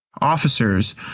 officers